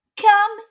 Come